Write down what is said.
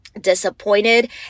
disappointed